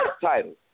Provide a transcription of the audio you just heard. title